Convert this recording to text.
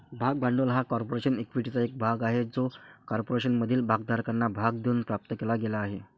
भाग भांडवल हा कॉर्पोरेशन इक्विटीचा एक भाग आहे जो कॉर्पोरेशनमधील भागधारकांना भाग देऊन प्राप्त केला गेला आहे